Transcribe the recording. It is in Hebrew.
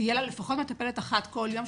תהיה לה לפחות מטפלת אחת מוכשרת כל יום.